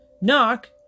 Knock